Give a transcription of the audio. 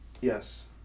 Yes